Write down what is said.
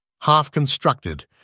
half-constructed